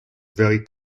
very